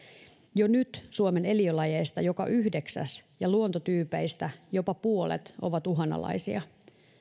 jo nyt suomen eliölajeista joka yhdeksäs ja luontotyypeistä jopa puolet ovat uhanalaisia